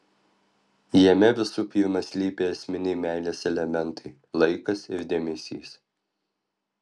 jame visų pirma slypi esminiai meilės elementai laikas ir dėmesys